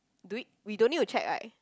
do we we don't need to check right